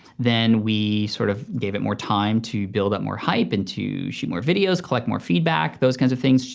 then we sort of gave it more time to build up more hype and to shoot more videos, collect more feedback, those kinds of things.